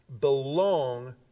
belong